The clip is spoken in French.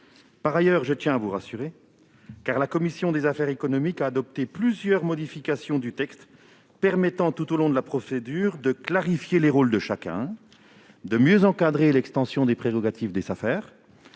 par ailleurs à vous rassurer, car la commission des affaires économiques a adopté plusieurs modifications du texte permettant, tout au long de la procédure, de clarifier les rôles de chacun et de mieux encadrer l'extension des prérogatives des Safer.